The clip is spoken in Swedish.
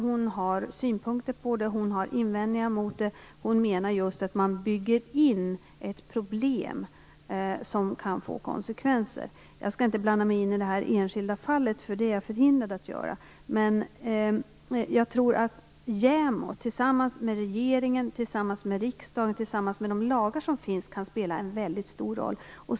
Hon har synpunkter på detta, invändningar mot det och hon menar just att man bygger in ett problem som kan få konsekvenser. Jag skall inte blanda mig i detta enskilda fall, för det är jag förhindrad att göra. Men jag tror att JämO, tillsammans med regeringen, riksdagen och de lagar som finns, kan spela en väldigt stor roll.